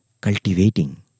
cultivating